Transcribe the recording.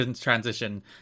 transition